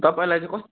तपाईँलाई चाहिँ कोस